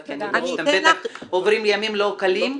כי אני יודעת שאתם בטח עוברים ימים לא קלים,